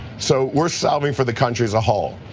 so we are solving for the country as a whole.